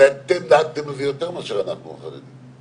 הרי אתם נהגתם על זה יותר מאשר אנחנו החרדים.